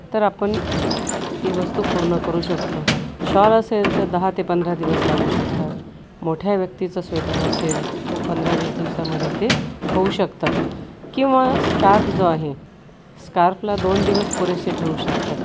तर आपण ती वस्तू पूर्ण करू शकतो शॉल असेल तर दहा ते पंधरा दिवस लागू शकतात मोठ्या व्यक्तीचं स्वेटर असेल तर पंधरा वीस दिवसामध्ये ते होऊ शकतं किंवा स्कार्फ जो आहे स्कार्फला दोन दिवस पुरेसे ठरू शकतात